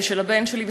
של הבן שלי,